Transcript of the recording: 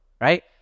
right